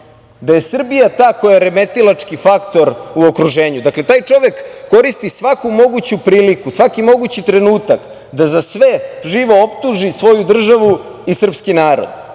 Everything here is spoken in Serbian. da je Srbija ta koja je remetilački faktor u okruženju. Dakle, taj čovek koristi svaku moguću priliku, svaki mogući trenutak da za sve živo optuži svoju državu i srpski narod.